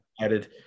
added